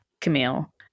Camille